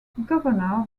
governor